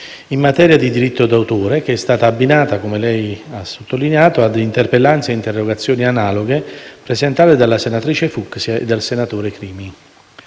in materia di diritto d'autore, che è stata abbinata - come lei ha sottolineato - a interpellanze e interrogazioni analoghe presentate dalla senatrice Fucksia e dal senatore Crimi.